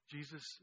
Jesus